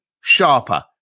sharper